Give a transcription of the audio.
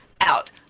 out